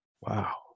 Wow